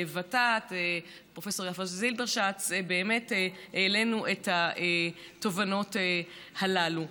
ות"ת פרופ' יפה זילברשץ באמת העלינו את התובנות הללו.